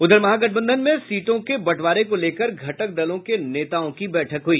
उधर महागठबंधन में सीटों के बंटवारे को लेकर घटक दलों के नेताओं की बैठक हुई